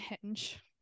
Hinge